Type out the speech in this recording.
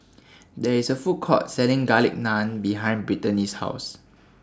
There IS A Food Court Selling Garlic Naan behind Brittany's House